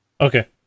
Okay